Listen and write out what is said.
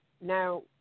now